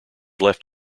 left